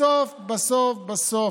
בסוף בסוף בסוף,